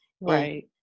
right